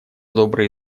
добрые